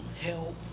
help